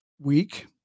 week